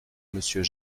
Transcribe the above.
monsieur